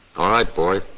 all right boy,